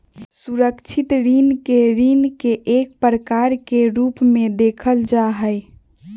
सुरक्षित ऋण के ऋण के एक प्रकार के रूप में देखल जा हई